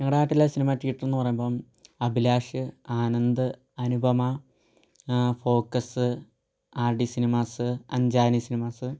ഞങ്ങളുടെ നാട്ടിലെ cinema theatre എന്ന് പറയുമ്പോൾ Abhilash Anand Anupama focus R D cinemas Anjani cinemas